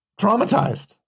traumatized